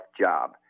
job